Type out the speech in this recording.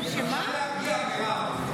מותר לקרוא קריאות ביניים.